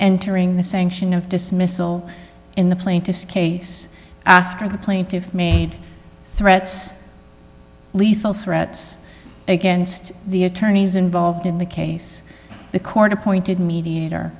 entering the sanction of dismissal in the plaintiff's case after the plaintiffs made threats lethal threats against the attorneys involved in the case the court appointed me